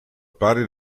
pari